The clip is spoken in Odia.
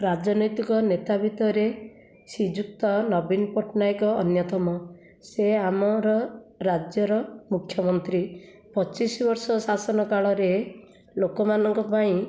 ରାଜନୈତିକ ନେତା ଭିତରେ ଶ୍ରୀଯୁକ୍ତ ନବୀନ ପଟ୍ଟନାୟକ ଅନ୍ୟତମ ସେ ଆମର ରାଜ୍ୟର ମୁଖ୍ୟମନ୍ତ୍ରୀ ପଚିଶି ବର୍ଷ ଶାସନ କାଳରେ ଲୋକମାନଙ୍କ ପାଇଁ